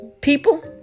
people